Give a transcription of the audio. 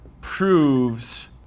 proves